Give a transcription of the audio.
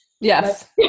Yes